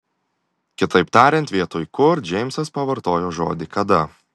kitaip tariant vietoj kur džeimsas pavartojo žodį kada